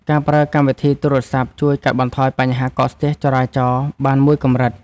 ការប្រើកម្មវិធីទូរសព្ទ ជួយកាត់បន្ថយបញ្ហាកកស្ទះចរាចរណ៍បានមួយកម្រិត។